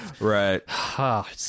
right